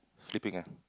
sleeping ah